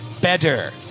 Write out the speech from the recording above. better